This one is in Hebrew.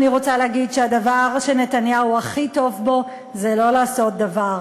אני רוצה להגיד שהדבר שנתניהו הכי טוב בו זה לא לעשות דבר.